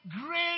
great